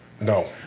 No